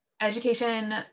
Education